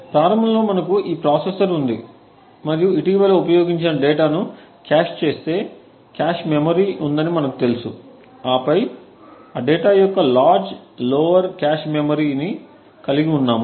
కాబట్టి ప్రారంభంలో మనకు ఈ ప్రాసెసర్ ఉంది మరియు ఇటీవల ఉపయోగించిన డేటాను కాష్ చేసే కాష్ మెమరీ ఉందని మనకు తెలుసు ఆపై డేటా యొక్క లార్జ్ లోయర్ కాష్ మెమరీ ని కలిగి ఉన్నాము